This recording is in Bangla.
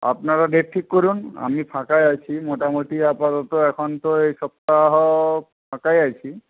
আপনারা ডেট ঠিক করুন আমি ফাঁকাই আছি মোটামুটি আপাতত এখন তো এই সপ্তাহ ফাঁকাই আছি